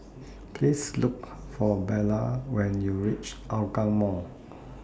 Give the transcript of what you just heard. Please Look For Bella when YOU REACH Hougang Mall